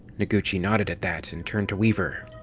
noguchi nodded at that and turned to weaver.